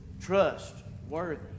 trustworthy